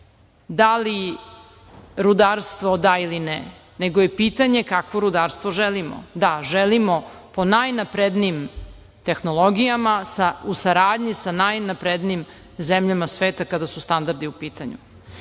da li rudarstvo da ili ne, nego je pitanje kakvo rudarstvo želimo. Da, želimo po najnaprednijim tehnologijama u saradnji sa najnaprednijim zemljama sveta kada su standardi u pitanju. Samo